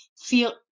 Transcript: feel